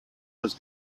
was